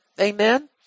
Amen